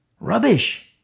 Rubbish